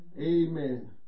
Amen